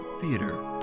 Theater